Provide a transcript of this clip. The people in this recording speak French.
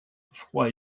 froid